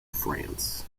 france